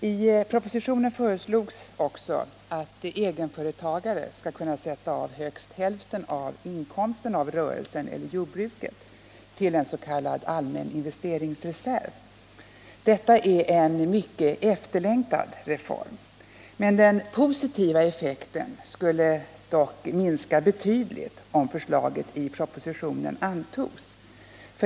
I propositionen föreslogs också att egenföretagare skall kunna sätta av högst hälften av inkomsten av rörelsen eller jordbruket till en s.k. allmän investeringsreserv. Detta är en mycket efterlängtad reform. Den positiva effekten skulle dock minska betydligt, om förslaget i propositionen antogs.